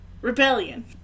Rebellion